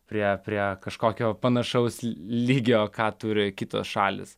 prie prie kažkokio panašaus lygio ką turi kitos šalys